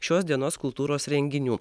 šios dienos kultūros renginių